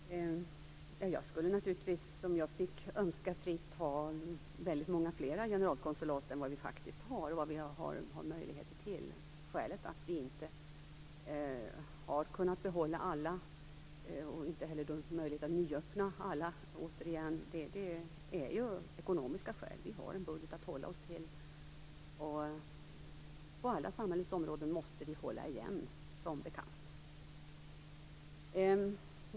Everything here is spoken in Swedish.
Herr talman! Jag skulle naturligtvis, om jag fick önska fritt, ha väldigt många fler generalkonsulat än vad vi faktiskt har och vad vi har möjligheter till. Skälet till att vi inte har kunnat behålla alla och inte heller har haft möjlighet att nyöppna alla är ju ekonomin. Vi har en budget att hålla oss till, och vi måste som bekant hålla igen på alla samhällets områden.